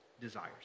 desires